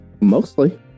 Mostly